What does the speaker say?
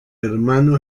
hermano